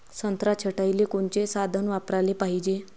संत्रा छटाईले कोनचे साधन वापराले पाहिजे?